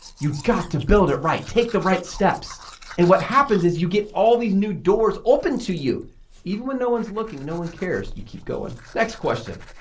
you've got to build it right, take the right steps and what happens is you get all these new doors open to you even when no one's looking, no one cares, you keep going. next question,